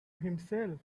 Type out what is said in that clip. himself